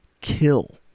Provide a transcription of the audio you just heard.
kill